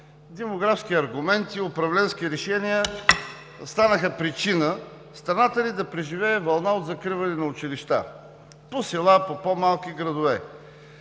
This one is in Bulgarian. демографски аргументи, управленски решения станаха причина страната ни да преживее вълна от закриване на училища – по села, по по-малки градове.